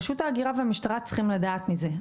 רשות ההגירה והמשטרה צריכים לדעת מזה.